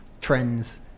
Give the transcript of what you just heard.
trends